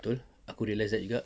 betul aku realise that juga